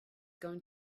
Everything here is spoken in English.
going